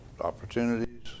opportunities